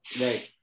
Right